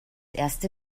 erste